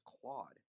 Claude